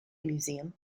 museum